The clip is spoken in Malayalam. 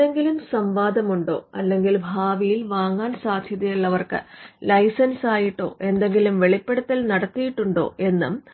എന്തെങ്കിലും സംവാദമുണ്ടോ അല്ലെങ്കിൽ ഭാവിയിൽ വാങ്ങാൻ സാധ്യതയുള്ളവർക്ക് ലൈസൻസായിട്ടോ എന്തെങ്കിലും വെളിപ്പെടുത്തൽ നടത്തിയിട്ടുണ്ടോ എന്നും അറിയേണ്ടതുണ്ട്